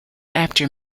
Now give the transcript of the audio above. after